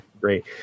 great